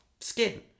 skin